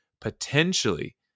potentially